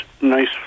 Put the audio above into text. nice